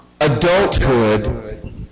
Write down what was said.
adulthood